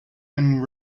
and